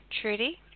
Trudy